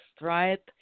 right